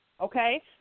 okay